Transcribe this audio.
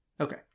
Okay